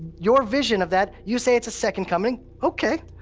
your vision of that you say it's a second coming. okay.